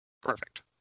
perfect